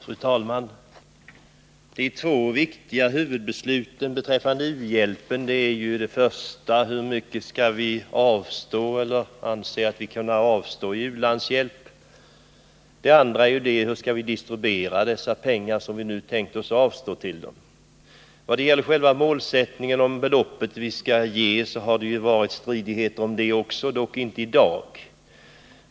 Fru talman! De två huvudfrågorna beträffande u-hjälpen är för det första hur mycket vi anser oss kunna avstå i u-landshjälp och för det andra hur vi skall distribuera de pengar som vi tänkt oss avstå till dessa länder. Vad gäller själva målsättningen i fråga om det belopp vi skall ge har det varit stridigheter — dock inte i dag.